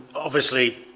obviously,